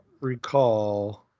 recall